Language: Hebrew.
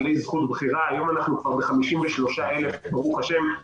וחצי נחמד שסוף סוף התחלנו לעבוד.